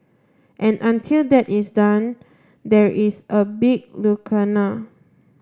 and until that is done there is a big lacuna